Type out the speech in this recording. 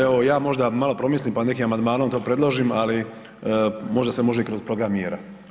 Evo ja možda malo promislim pa nekim amandmanom to predložim, ali možda se može i kroz program mjera.